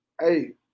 hey